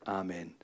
Amen